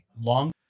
Long